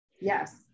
Yes